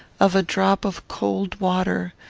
of a drop of cold water,